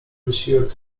wysiłek